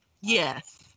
Yes